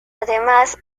además